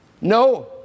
No